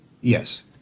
Yes